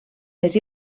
més